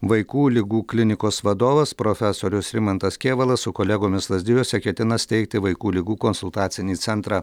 vaikų ligų klinikos vadovas profesorius rimantas kėvalas su kolegomis lazdijuose ketina steigti vaikų ligų konsultacinį centrą